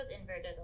inverted